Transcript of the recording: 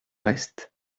reste